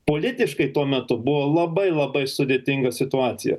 politiškai tuo metu buvo labai labai sudėtinga situacija